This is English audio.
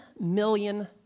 million